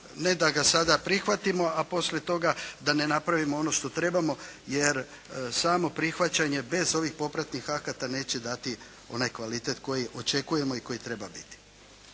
ne da ga sada prihvatimo a poslije toga da ne napravimo ono što trebamo jer samo prihvaćanje bez ovih popratnih akata neće dati onaj kvalitet koji očekujemo i koji treba biti.